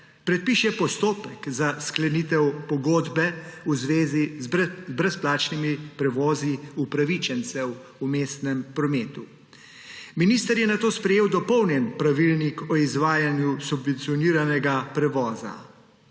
predpiše postopek za sklenitev pogodbe v zvezi z brezplačnimi prevozi upravičencev v mestnem prometu. Minister je nato sprejel dopolnjen Pravilnik o izvajanju subvencioniranega prevoza.